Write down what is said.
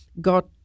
got